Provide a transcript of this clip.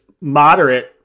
moderate